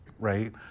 Right